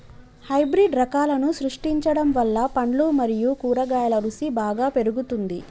hybrid రకాలను సృష్టించడం వల్ల పండ్లు మరియు కూరగాయల రుసి బాగా పెరుగుతుంది